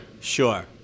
Sure